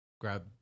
Grab